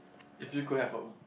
if you could have a